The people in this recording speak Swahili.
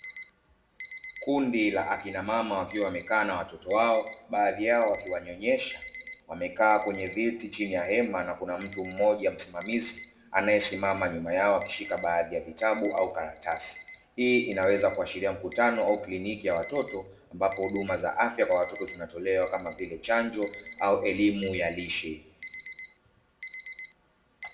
Kundi la akina mama wakiwa wamekaa na watoto wao baadhi yao wakiwanyonyesha wamekaa kwenye viti chini ya hema na kuna mtu mmoja msimamizi anayesimama nyuma yao akishika baadhi ya vitabu au karatasi, hii inaweza kuashiria mkutano au kriniki ya watoto ambapo huduma za afya kwa watoto zinatolewa kama vile: chanjo, au elimu ya lishe.